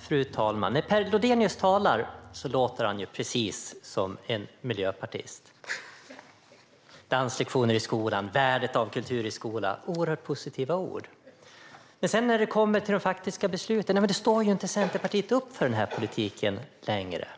Fru talman! När Per Lodenius talar låter han precis som en miljöpartist. Han talar oerhört positivt om danslektioner i skolan och värdet av kultur i skolan. Men när det sedan kommer till de faktiska besluten står inte Centerpartiet upp för den här politiken längre.